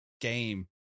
game